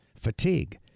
fatigue